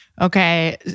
Okay